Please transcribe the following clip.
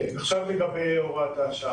עכשיו לגבי הוראת השעה.